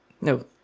no